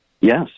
Yes